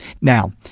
Now